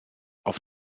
auf